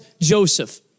Joseph